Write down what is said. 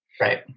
Right